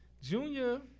Junior